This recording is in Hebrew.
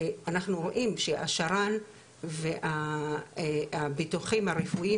ואנחנו רואים שהשר"ן והביטוחים הרפואיים